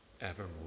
evermore